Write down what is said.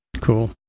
Cool